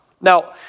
Now